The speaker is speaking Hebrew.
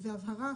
הבהרה האחרונה,